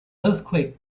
earthquake